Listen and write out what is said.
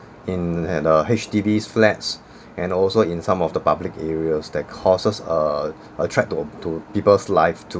in uh H_D_Bs flats and also in some of the public areas that causes uh a threat to to people's life too